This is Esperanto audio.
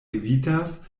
evitas